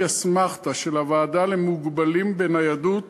אסמכתה של הוועדה למוגבלים בניידות